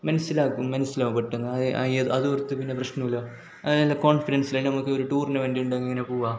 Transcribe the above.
മനസിലാക്കും മനസിലാവും പെട്ടെന്ന് അതോർത്ത് പിന്നെ പ്രശ്നമില്ല അയെന്ന കോൺഫിഡൻസ് നമുക്കൊരു ടൂർണമെൻ്റ് ഉണ്ടെങ്കിൽ ഇങ്ങനെ പൂവാ